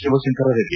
Shivashankara Reddy